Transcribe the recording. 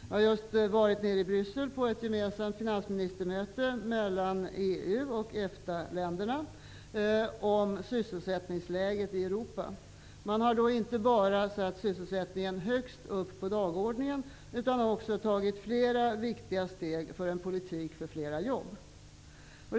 Jag har just varit nere i Bryssel på ett gemensamt finansministermöte mellan EU:s och EFTA Europa. Man har inte bara satt sysselsättningen högst upp på dagordningen, utan också tagit flera viktiga steg för en politik för flera jobb. Herr talman!